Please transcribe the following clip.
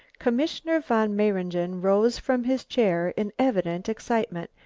commissioner von mayringen rose from his chair in evident excitement.